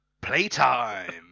playtime